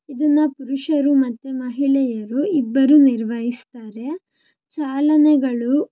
ಇದನ್ನು ಪುರುಷರು ಮತ್ತು ಮಹಿಳೆಯರು ಇಬ್ಬರೂ ನಿರ್ವಹಿಸ್ತಾರೆ ಚಾಲನೆಗಳು